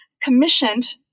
commissioned